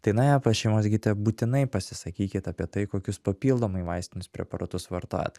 tai nuėję pas šeimos gydytoją būtinai pasisakykit apie tai kokius papildomai vaistinius preparatus vartojat